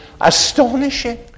astonishing